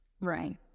Right